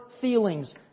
feelings